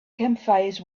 campfires